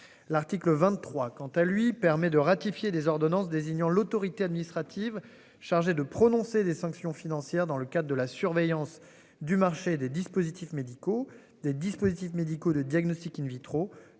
L'article 23, quant à lui permet de ratifier des ordonnances désignant l'autorité administrative chargée de prononcer des sanctions financières dans le cadre de la surveillance du marché des dispositifs médicaux des dispositifs médicaux de diagnostic in vitro